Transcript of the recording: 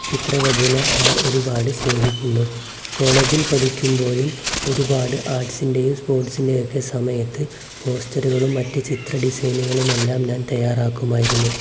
ചിത്രരചന ഞാൻ ഒരുപാട് സ്നേഹിക്കുന്നു കോളേജിൽ പഠിക്കുമ്പോഴും ഒരുപാട് ആർട്സിൻ്റെയും സ്പോർട്സിൻ്റെയൊക്കെ സമയത്ത് പോസ്റ്ററുകളും മറ്റു ചിത്ര ഡിസൈനുകളുമെല്ലാം ഞാൻ തയ്യാറാക്കുമായിരുന്നു